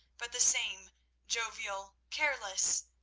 but the same jovial, careless,